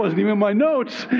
wasn't even in my notes.